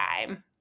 time